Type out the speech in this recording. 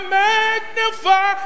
magnify